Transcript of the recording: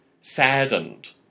saddened